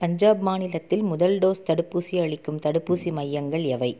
பஞ்சாப் மாநிலத்தில் முதல் டோஸ் தடுப்பூசி அளிக்கும் தடுப்பூசி மையங்கள் எவை